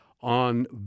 On